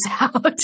out